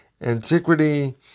Antiquity